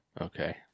Okay